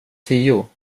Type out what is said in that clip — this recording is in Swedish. tio